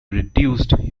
reduced